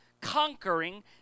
conquering